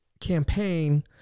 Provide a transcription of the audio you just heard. campaign